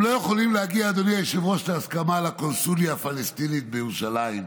הם לא יכולים להגיע להסכמה על הקונסוליה הפלסטינית בירושלים,